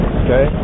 okay